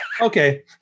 Okay